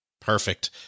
Perfect